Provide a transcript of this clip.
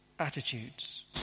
Attitudes